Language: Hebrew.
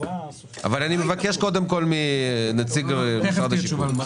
אני מבקש מנציג משרד השיכון,